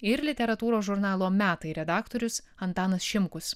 ir literatūros žurnalo metai redaktorius antanas šimkus